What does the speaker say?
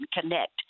connect